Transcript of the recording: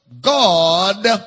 God